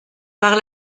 par